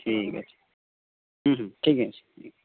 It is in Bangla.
ঠিক আছে হুম হুম ঠিক আছে